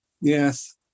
yes